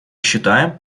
считаем